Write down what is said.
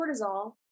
cortisol